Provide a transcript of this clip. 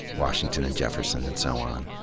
washington and jefferson and so on,